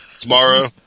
Tomorrow